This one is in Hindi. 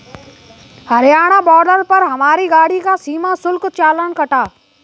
हरियाणा बॉर्डर पर हमारी गाड़ी का सीमा शुल्क चालान कटा